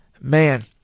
Man